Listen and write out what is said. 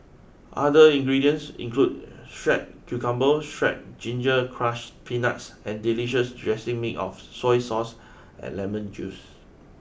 other ingredients include shredded cucumber shredded ginger crushed peanuts and delicious dressing made of soy sauce and lemon juice